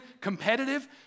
competitive